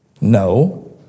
No